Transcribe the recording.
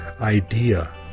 idea